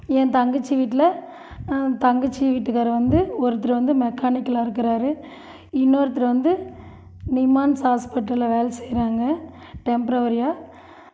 என் தங்கச்சி வீட்டில் தங்கச்சி வீட்டுக்காரர் வந்து ஒருத்தர் வந்து மெக்கானிக்கில் இருக்கிறாரு இன்னொருத்தர் வந்து நிமான்ஸ் ஹாஸ்ப்பிட்டலில் வேலை செய்கிறாங்க டெம்ப்ரரியா